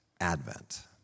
Advent